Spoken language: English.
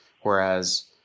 whereas